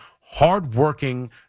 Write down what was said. hardworking